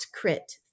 crit